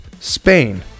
Spain